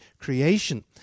creation